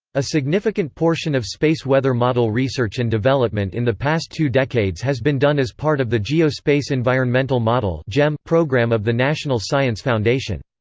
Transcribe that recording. a significant portion portion of space weather model research and development in the past two decades has been done as part of the geospace environmental model yeah um program of the national science foundation.